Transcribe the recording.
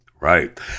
Right